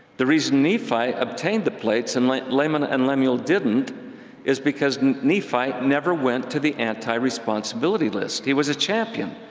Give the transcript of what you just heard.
the reason nephi obtained the plates and like laman and lemuel didn't is because nephi never went to the anti-responsibility list. he was a champion,